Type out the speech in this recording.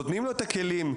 נותנים לו את הכלים,